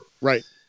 Right